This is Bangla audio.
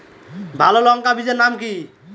ভালো লঙ্কা বীজের নাম কি?